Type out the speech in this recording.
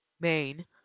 Maine